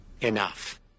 Enough